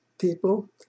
people